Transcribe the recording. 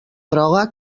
droga